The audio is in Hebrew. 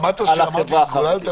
שמעת שאמרתי שהתגוללת?